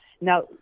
Now